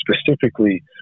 specifically